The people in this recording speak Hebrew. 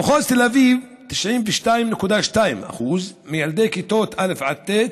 במחוז תל אביב, 92.2% מילדי כיתות א' עד ט'